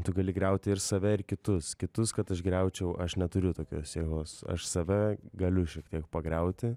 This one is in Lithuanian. tu gali griauti ir save ir kitus kitus kad aš griaučiau aš neturiu tokios jėgos aš save galiu šiek tiek pagriauti